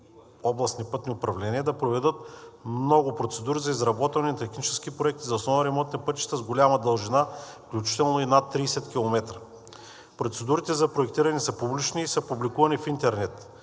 областни пътни управления да проведат много процедури за изработване на технически проекти за основен ремонт на пътища с голяма дължина, включително и над 30 км. Процедурите за проектиране са публични и са публикувани в интернет